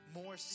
more